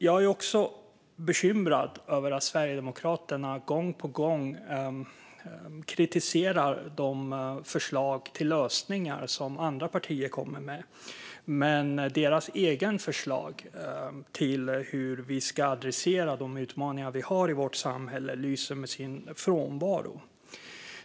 Jag är även bekymrad över att Sverigedemokraterna gång på gång kritiserar de förslag till lösningar som andra partier kommer med, medan deras egna förslag på hur vi ska adressera de utmaningar vi har i vårt samhälle lyser med sin frånvaro.